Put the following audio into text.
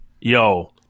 yo